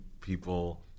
people